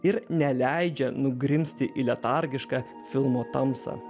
ir neleidžia nugrimzti į letargišką filmo tamsą